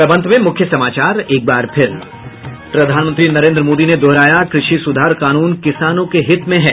और अब अंत में मुख्य समाचार एक बार फिर प्रधानमंत्री नरेन्द्र मोदी ने दोहराया कृषि सुधार कानून किसानों के हित में है